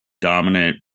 dominant